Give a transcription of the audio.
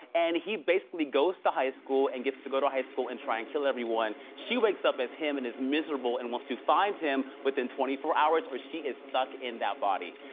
and he basically goes to high school and gets to go to high school and try and kill everyone. she wakes up as him and is miserable and wants to find him within twenty four hours or she is stuck in that body.